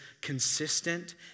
consistent